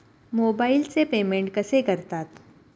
मोबाइलचे पेमेंट कसे करतात?